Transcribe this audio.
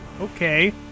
Okay